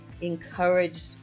encourage